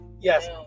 Yes